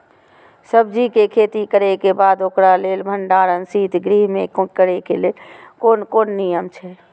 सब्जीके खेती करे के बाद ओकरा लेल भण्डार शित गृह में करे के लेल कोन कोन नियम अछि?